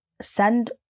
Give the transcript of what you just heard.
send